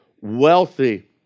wealthy